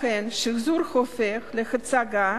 לכן השחזור הופך להצגה